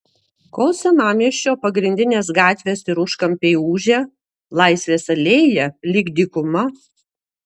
kol senamiesčio pagrindinės gatvės ir užkampiai ūžia laisvės alėja lyg dykuma